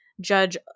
Judge